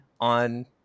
on